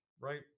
right